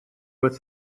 with